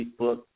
Facebook